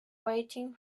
waiting